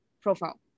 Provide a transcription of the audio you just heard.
profile